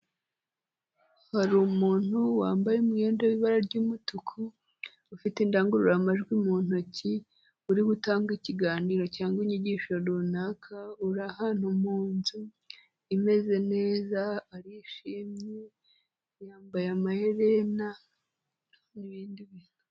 Hari umuntu wambaye umwenda w'ibara ry'umutuku, ufite indangururamajwi mu ntoki, uri gutanga ikiganiro cyangwa inyigisho runaka, uri ahantu, mu nzu imeze neza arishimye, yambaye amaherena n'ibindi.